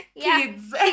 Kids